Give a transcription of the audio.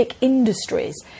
industries